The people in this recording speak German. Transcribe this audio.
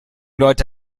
leute